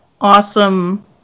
awesome